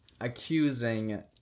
Accusing